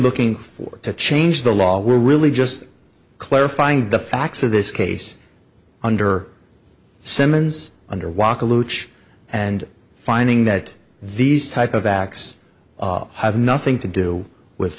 looking forward to change the law we're really just clarifying the facts of this case under simmons under waka luge and finding that these type of acts have nothing to do with